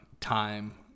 time